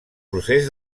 procés